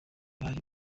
bari